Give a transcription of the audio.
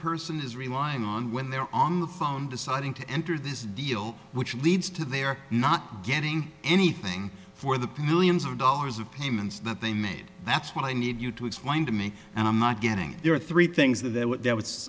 person is relying on when they're on the phone deciding to enter this deal which leads to their not getting anything for the millions of dollars of payments that they made that's what i need you to explain to me and i'm not getting there are three things that th